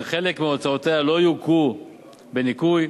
שחלק מהוצאותיה לא יוכרו בניכוי.